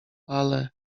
ale